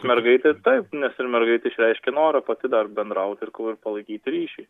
mergaitė taip nes ir mergaitė išreiškė norą pati dar bendraut ir ir palaikyti ryšį